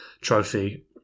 trophy